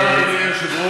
תודה, אדוני היושב-ראש.